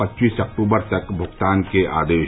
पच्चीस अक्टूबर तक भुगतान के आदेश